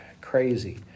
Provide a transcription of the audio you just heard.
crazy